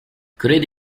kredi